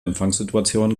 empfangssituation